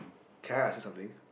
can I ask you something